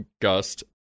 Gust